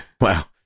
Wow